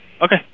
Okay